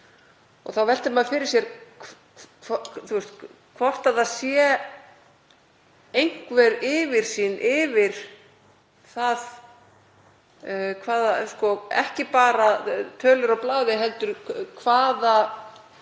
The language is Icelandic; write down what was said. Þá veltir maður fyrir sér hvort það sé einhver yfirsýn yfir það, ekki bara tölur á blaði heldur